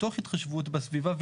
מתוך התחשבות בסביבה.